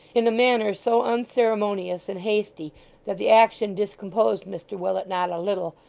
in a manner so unceremonious and hasty that the action discomposed mr willet not a little,